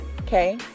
Okay